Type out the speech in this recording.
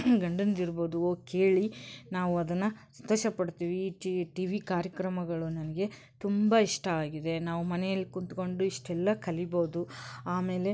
ಗಂಡಂದಿರ್ಬೋದು ಹೋಗ್ ಕೇಳಿ ನಾವು ಅದನ್ನು ಸಂತೋಷಪಡ್ತೀವಿ ಈ ಟಿವಿ ಕಾರ್ಯಕ್ರಮಗಳು ನನಗೆ ತುಂಬ ಇಷ್ಟ ಆಗಿದೆ ನಾವು ಮನೆಯಲ್ಲಿ ಕುಂತ್ಕೊಂಡು ಇಷ್ಟೆಲ್ಲ ಕಲೀಬೋದು ಆಮೇಲೆ